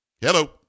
hello